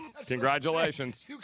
Congratulations